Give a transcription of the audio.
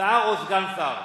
שר או סגן שר.